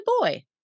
boy